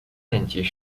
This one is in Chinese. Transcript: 年级